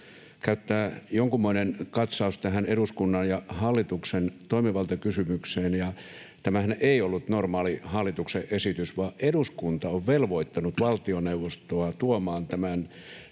käyttää jonkunmoinen katsaus tähän eduskunnan ja hallituksen toimivaltakysymykseen. Tämähän ei ollut normaali hallituksen esitys, vaan eduskunta on velvoittanut valtioneuvostoa tuomaan tämän